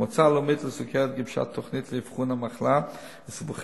המועצה הלאומית לסוכרת גיבשה תוכנית לאבחון המחלה וסיבוכיה,